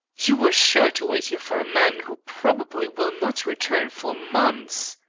you were sure to wait here for a man who probably will not return for months.